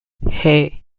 hey